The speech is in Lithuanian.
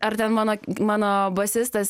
ar ten mano mano bosistas